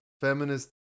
feminist